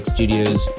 Studios